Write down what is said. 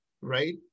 right